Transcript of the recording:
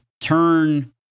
turn